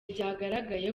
byagaragaye